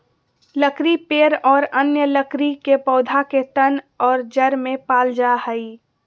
लकड़ी पेड़ और अन्य लकड़ी के पौधा के तन और जड़ में पाल जा हइ